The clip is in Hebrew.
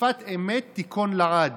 "שפת אמת תכון לעד"